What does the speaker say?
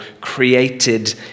created